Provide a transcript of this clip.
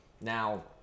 now